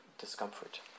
discomfort